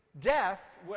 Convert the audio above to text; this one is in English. death